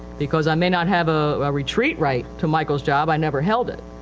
because i may not have a, a retreat right to michaelis job, i never held it.